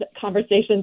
conversations